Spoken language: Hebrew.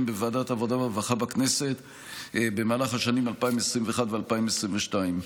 בוועדת העבודה והרווחה בכנסת במהלך השנים 2021 ו-2022.